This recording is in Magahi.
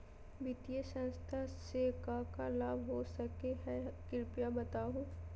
वित्तीय संस्था से का का लाभ हो सके हई कृपया बताहू?